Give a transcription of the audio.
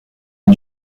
est